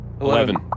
Eleven